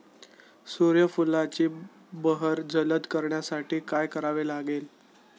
सूर्यफुलाची बहर जलद करण्यासाठी काय करावे लागेल?